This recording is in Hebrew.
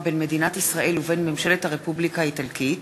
בין מדינת ישראל ובין ממשלת הרפובליקה האיטלקית,